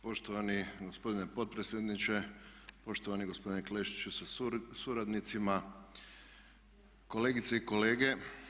Poštovani gospodine potpredsjedniče, poštovani gospodine Klešiću sa suradnicima, kolegice i kolege.